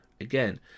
Again